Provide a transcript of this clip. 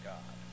God